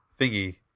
thingy